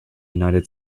united